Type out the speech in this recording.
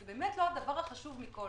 זה באמת לא הדבר החשוב מכול.